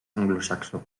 anglosaxó